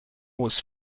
was